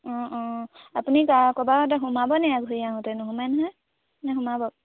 অঁ অঁ আপুনি ক'ৰবাত সোমাব নি ঘূৰি আহোঁতে নোসোমাই নহয় নে সোমাব